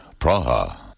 Praha